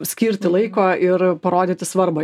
skirti laiko ir parodyti svarbą